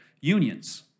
unions